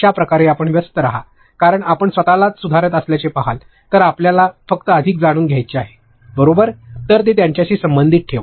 अशा प्रकारे आपण व्यस्त रहा कारण आपण स्वत ला सुधारत असल्याचे पाहत असाल तर आपल्याला फक्त अधिक जाणून घ्यायचे आहे बरोबर तर ते त्यांच्याशी संबंधित ठेवा